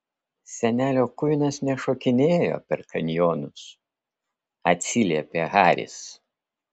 senelio kuinas nešokinėjo per kanjonus atsiliepė haris